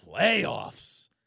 playoffs